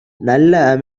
நல்ல